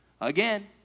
Again